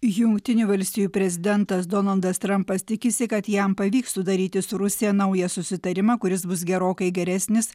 jungtinių valstijų prezidentas donaldas trampas tikisi kad jam pavyks sudaryti su rusija naują susitarimą kuris bus gerokai geresnis